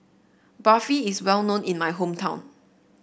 barfi is well known in my hometown